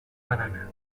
banana